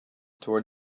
toward